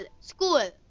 school